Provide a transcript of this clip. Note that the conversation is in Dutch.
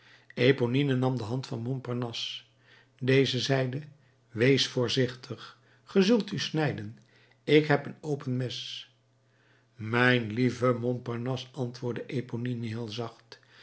eponine nam de hand van montparnasse deze zeide wees voorzichtig ge zult u snijden ik heb een open mes mijn lieve montparnasse antwoordde eponine heel zacht